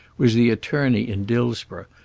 was the attorney in dillsborough,